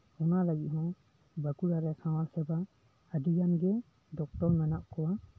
ᱚᱱᱟ ᱞᱟᱹᱜᱤᱫᱦᱚᱸ ᱵᱟᱸᱠᱩᱲᱟᱨᱮ ᱥᱟᱶᱟᱨ ᱥᱮᱵᱟ ᱟᱹᱰᱤᱜᱟᱱ ᱜᱮ ᱰᱚᱠᱴᱚᱨ ᱢᱮᱱᱟᱜ ᱠᱚᱣᱟ